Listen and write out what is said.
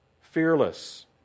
fearless